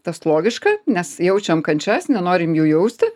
tas logiška nes jaučiam kančias nenorim jų jausti